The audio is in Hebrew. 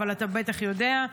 אבל אתה בטח יודע,